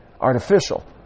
artificial